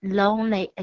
lonely